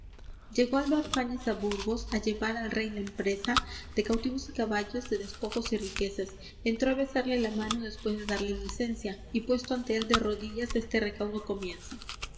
llegó álvar fáñez á burgos á llevar al rey la empresa de cautivos y caballos de despojos y riquezas entró á besarle la mano después de darle licencia y puesto ante él de rodillas este recaudo comienza